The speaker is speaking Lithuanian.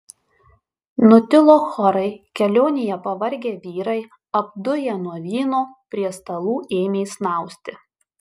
nutilo chorai kelionėje pavargę vyrai apduję nuo vyno prie stalų ėmė snausti